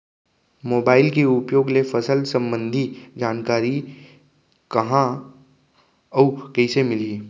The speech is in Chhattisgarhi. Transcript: मोबाइल के उपयोग ले फसल सम्बन्धी जानकारी कहाँ अऊ कइसे मिलही?